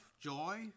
joy